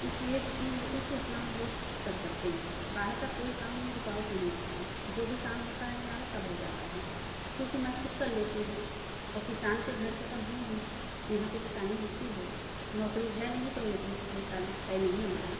इसलिए जितनी होती थीं उतना हम लोग कर सकते हैं बाहर का कोई काम में रुकावट नहीं आता जो भी काम होता हैं हमारा सब हो जाता है क्योंकि मैं ख़ुद कर लेती हूँ और किसान के घर का त हूँ हूँ यहाँ पर किसानी होती है नौकरी है नहीं तो नौकरी से ताल्लुक है नहीं हमारा